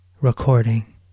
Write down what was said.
recording